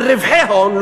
על רווחי הון,